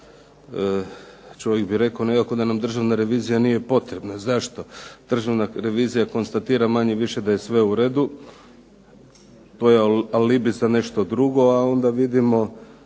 čovjek bi rekao nekako da nam Državna revizija nije potrebna. Zašto? Državna revizija konstatira manje-više da je sve u redu, to je alibi za nešto drugo, a onda vidimo